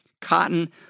cotton